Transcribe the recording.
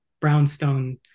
brownstone